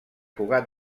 cugat